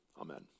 Amen